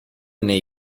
nei